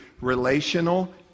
relational